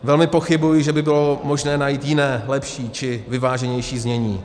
Velmi pochybuji, že by bylo možné najít jiné, lepší či vyváženější znění.